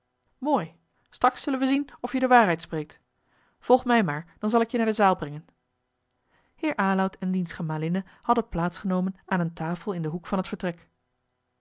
mooi straks zullen we zien of je de waarheid spreekt volg mij maar dan zal ik je naar de zaal brengen heer aloud en diens gemalinne hadden plaats genomen aan eene tafel in den hoek van het vertrek